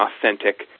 authentic